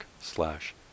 slash